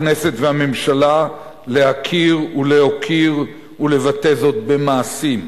הכנסת והממשלה להכיר ולהוקיר ולבטא זאת במעשים.